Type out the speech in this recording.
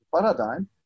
paradigm